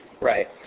Right